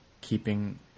keeping